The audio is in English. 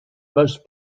most